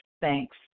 thanks